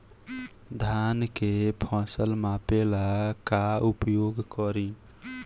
धान के फ़सल मापे ला का उपयोग करी?